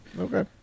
Okay